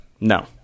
No